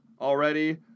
already